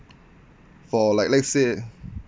for like let's say